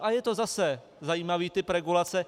A je to zase zajímavý typ regulace.